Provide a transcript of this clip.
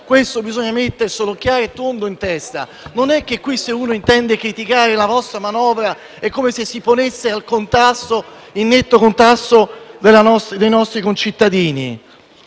questo bisogna metterselo chiaro e tondo in testa. Non è che qui, se uno intende criticare la vostra manovra, è come se si ponesse in netto contrasto con i nostri concittadini.